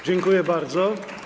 Dziękuję bardzo.